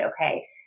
okay